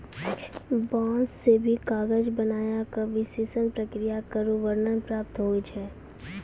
बांस सें भी कागज बनाय क विशेष प्रक्रिया केरो वर्णन प्राप्त होय छै